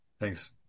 Thanks